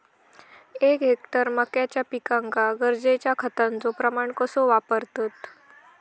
एक हेक्टर मक्याच्या पिकांका गरजेच्या खतांचो प्रमाण कसो वापरतत?